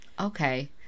Okay